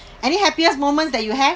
any happiest moment that you have